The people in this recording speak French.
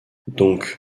doncques